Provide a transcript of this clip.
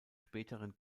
späteren